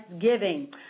giving